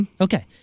Okay